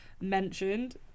mentioned